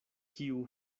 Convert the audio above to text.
kiu